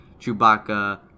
Chewbacca